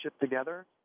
together